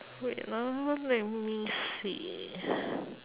wait ah let me see